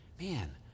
man